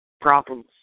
problems